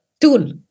tool